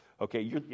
Okay